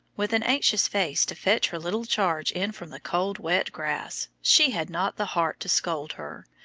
with an anxious face, to fetch her little charge in from the cold, wet grass, she had not the heart to scold her,